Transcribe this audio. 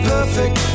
Perfect